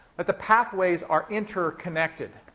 that the pathways are interconnected.